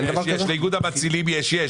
לאיגוד המצילים יש.